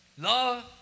love